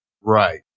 Right